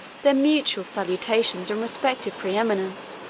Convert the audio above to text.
their mutual salutations and respective preeminence,